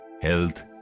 health